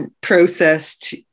processed